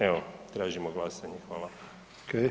Evo, tražimo glasanje.